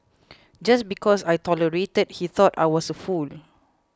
just because I tolerated he thought I was a fool